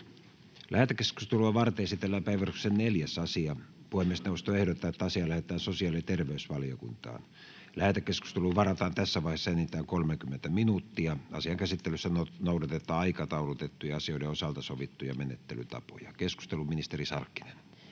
Lähetekeskustelua varten esitellään päiväjärjestyksen 4. asia. Puhemiesneuvosto ehdottaa, että asia lähetetään sosiaali- ja terveysvaliokuntaan. Lähetekeskusteluun varataan tässä vaiheessa enintään 30 minuuttia. Asian käsittelyssä noudatetaan aikataulutettujen asioiden osalta sovittuja menettelytapoja. — Keskustelu, ministeri Sarkkinen.